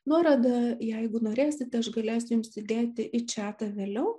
nuorodą jeigu norėsite aš galėsiu jums įdėti į čatą vėliau